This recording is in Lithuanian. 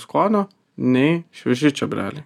skonio nei švieži čiobreliai